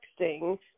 texting